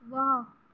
واہ